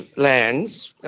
lands,